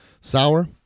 sour